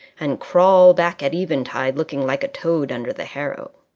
and crawl back at eventide looking like a toad under the harrow!